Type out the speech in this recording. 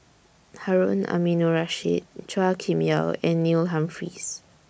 Harun Aminurrashid Chua Kim Yeow and Neil Humphreys